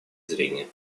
зрения